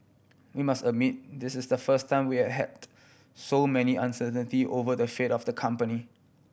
we must admit this is the first time we have had so many uncertainty over the fate of the company